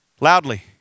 Loudly